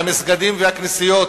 למסגדים ולכנסיות.